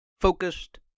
focused